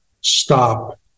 stop